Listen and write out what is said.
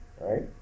right